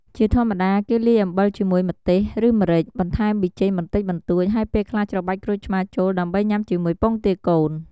ជាធម្មតា គេលាយអំបិលជាមួយម្ទេស ឬម្រេច បន្ថែមប៊ីចេងបន្តិចបន្តួច ហើយពេលខ្លះច្របាច់ក្រូចឆ្មារចូល ដើម្បីញុំាជាមួយពងទាកូន។